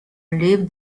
leave